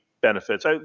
benefits